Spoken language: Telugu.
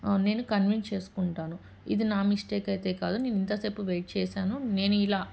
నేను కన్విన్స్ చేసుకుంటాను ఇది నా మిస్టేక్ అయితే కాదు నేను ఇంతసేపు వెయిట్ చేశాను నేను ఇలా